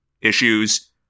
issues